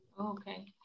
okay